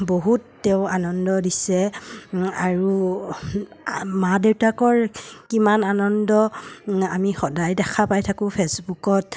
বহুত তেওঁ আনন্দ দিছে আৰু মা দেউতাকৰ কিমান আনন্দ আমি সদায় দেখা পাই থাকোঁ ফে'চবুকত